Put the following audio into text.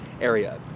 area